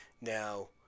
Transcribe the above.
Now